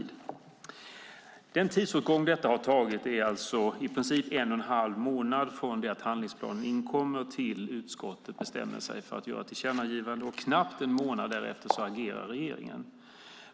Den tidsåtgång som detta har tagit är alltså i princip en och en halv månad från det att handlingsplanen inkommer till dess att utskottet bestämmer sig för att göra ett tillkännagivande. Knappt en månad därefter agerar regeringen.